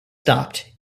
stopped